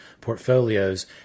portfolios